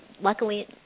luckily –